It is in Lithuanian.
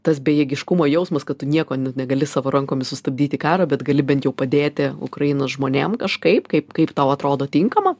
tas bejėgiškumo jausmas kad tu nieko ne negali savo rankomis sustabdyti karo bet gali bent jau padėti ukrainos žmonėm kažkaip kaip kaip tau atrodo tinkama